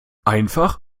einfach